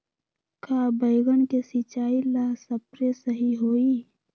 का बैगन के सिचाई ला सप्रे सही होई?